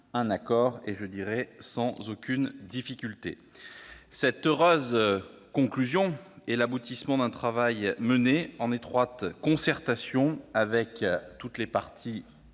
un accord sans aucune difficulté. Cette heureuse conclusion est l'aboutissement d'untravail mené en étroite concertation avec toutes les